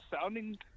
sounding